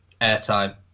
airtime